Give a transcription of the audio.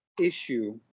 issue